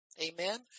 Amen